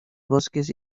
bosques